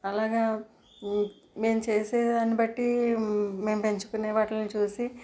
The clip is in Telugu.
అలాగ మేము చేసేదాని బట్టి అమ్ మేము పెంచుకునేవాటిల్ని చూసి